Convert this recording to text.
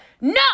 No